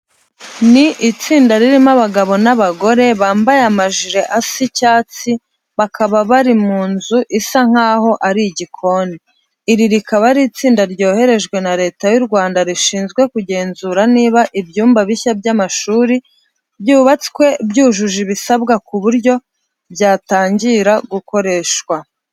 Ni itsinda ririmo abagabo n'abagore, bambaye amajire asa icyatsi, bakaba bari mu nzu isa nkaho ari igikoni. Iri rikaba ari itsinda ryoherejwe na Leta y'u Rwanda rishinzwe kugenzura niba ibyumba bishya by'amashuri byubatswe byujuje ibisabwa ku buryo byatangira gukoreshwa.